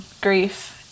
grief